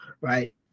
right